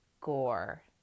gore